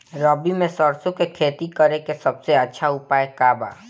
रबी में सरसो के खेती करे के सबसे अच्छा उपाय का बा?